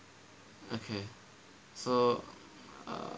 okay so err